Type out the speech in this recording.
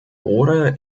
rohre